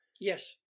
Yes